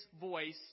voice